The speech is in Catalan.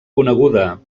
coneguda